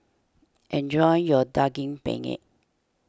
enjoy your Daging Penyet